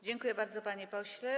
Dziękuję bardzo, panie pośle.